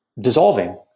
dissolving